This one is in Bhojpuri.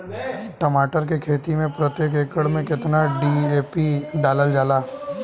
टमाटर के खेती मे प्रतेक एकड़ में केतना डी.ए.पी डालल जाला?